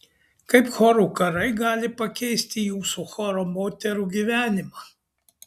kaip chorų karai gali pakeisti jūsų choro moterų gyvenimą